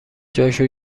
جاشو